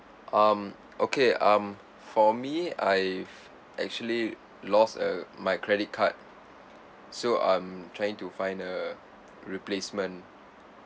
um okay um for me I actually lost a my credit card so I'm trying to find a replacement